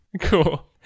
Cool